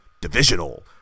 Divisional